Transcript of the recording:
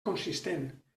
consistent